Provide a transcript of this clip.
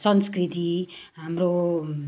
संस्कृति हाम्रो